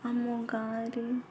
ଆମ ଗାଁରେ